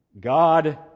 God